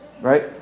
Right